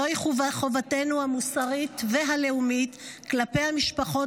זוהי חובתנו המוסרית והלאומית כלפי המשפחות